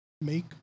make